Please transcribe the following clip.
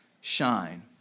shine